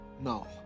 No